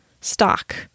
stock